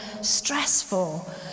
stressful